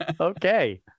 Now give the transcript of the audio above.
Okay